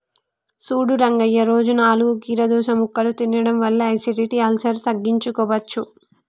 సూడు రంగయ్య రోజు నాలుగు కీరదోస ముక్కలు తినడం వల్ల ఎసిడిటి, అల్సర్ను తగ్గించుకోవచ్చు